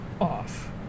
off